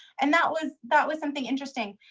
and that was that was something interesting.